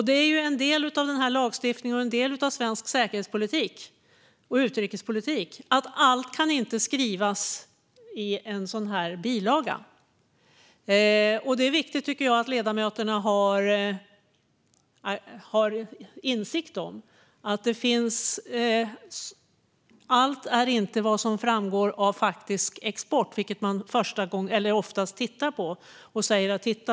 Det är en del av denna lagstiftning och en del av svensk säkerhetspolitik och utrikespolitik att allt inte kan skrivas i en sådan här bilaga. Det är viktigt, tycker jag, att ledamöterna har den insikten. Allt är inte vad som framgår av faktisk export, vilket är det man oftast tittar på när man säger "Titta!